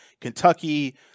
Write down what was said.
Kentucky-